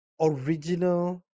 original